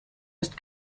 ist